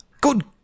Good